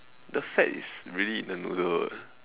the fat is really in the noddle eh